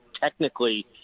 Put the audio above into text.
technically